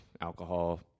alcohol